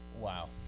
Wow